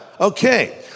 Okay